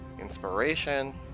inspiration